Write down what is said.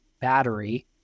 battery